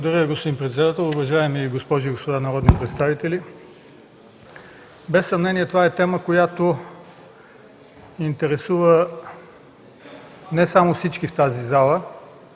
Благодаря, господин председател. Уважаеми госпожи и господа народни представители! Без съмнение това е тема, която интересува не само всички в тази зала,